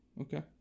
Okay